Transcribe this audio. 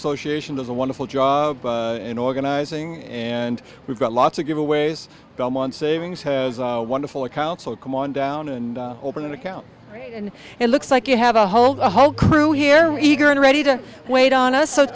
association is a wonderful job in organizing and we've got lots of giveaways delmon savings has a wonderful account so come on down and open an account and it looks like you have a whole the whole crew here eager and ready to wait on us so